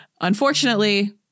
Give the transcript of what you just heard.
Unfortunately